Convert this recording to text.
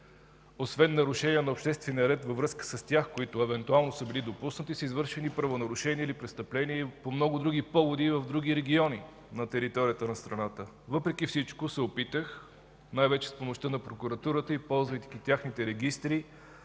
освен нарушения на обществения ред, които евентуално са били допуснати, са извършени правонарушения и престъпления по много други поводи и в много други региони на територията на страната. Въпреки всичко се опитах, най-вече с помощта на прокуратурата и ползвайки техните регистри,